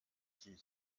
die